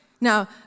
Now